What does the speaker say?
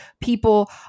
People